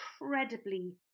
incredibly